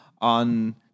on